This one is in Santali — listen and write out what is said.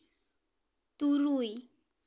ᱛᱩᱨᱩᱭ